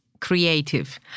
creative